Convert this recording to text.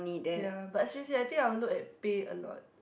ya but seriously I think I will look at pay a lot